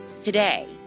today